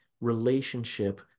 relationship